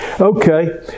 Okay